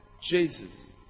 Jesus